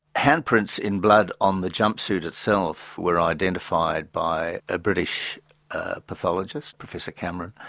handprints in blood on the jumpsuit itself were identified by a british pathologist, professor cameron,